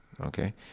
okay